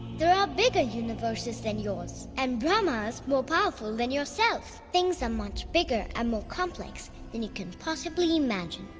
there are bigger universes than yours and brahmas more powerful than yourself. things are much bigger and morevcomplex than you can possibly imagine.